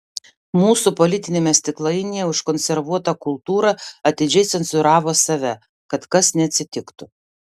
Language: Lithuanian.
mūsų politiniame stiklainyje užkonservuota kultūra atidžiai cenzūravo save kad kas neatsitiktų